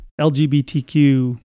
LGBTQ